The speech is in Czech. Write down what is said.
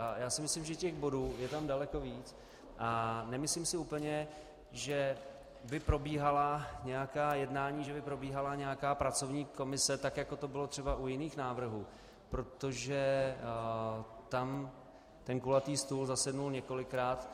A myslím si, že těch bodů je tam daleko víc, a nemyslím si úplně, že by probíhala nějaká jednání, že by probíhala nějaká pracovní komise, jako to bylo třeba u jiných návrhů, protože tam ten kulatý stůl zasedl několikrát.